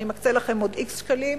אני מקצה לכם עוד x שקלים,